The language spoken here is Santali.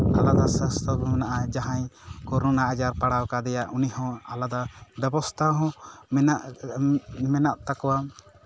ᱟᱞᱟᱫᱟ ᱢᱮᱱᱟᱜᱼᱟ ᱡᱟᱦᱟᱸᱭ ᱠᱚᱨᱳᱱᱟ ᱟᱡᱟᱨ ᱯᱟᱲᱟᱣ ᱠᱟᱫᱮᱭᱟ ᱩᱱᱤ ᱦᱚᱸ ᱟᱞᱟᱫᱟ ᱵᱮᱵᱚᱥᱛᱷᱟ ᱦᱚᱸ ᱢᱮᱱᱟᱜ ᱢᱮᱱᱟᱜ ᱛᱟᱠᱚᱣᱟ